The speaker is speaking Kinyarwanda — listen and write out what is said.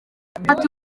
ati